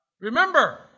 Remember